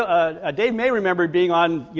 ah ah dave may remembered being on, you